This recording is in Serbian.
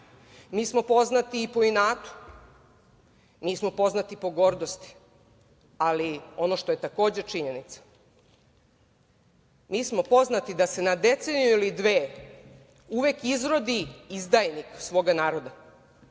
Mi smo poznati i po inatu. Mi smo poznati po gordosti. Ali ono što je takođe činjenica, mi smo poznati da se na deceniju ili dve uvek izrodi izdajnik svoga naroda.